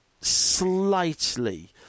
slightly